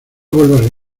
vuelvas